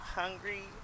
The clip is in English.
hungry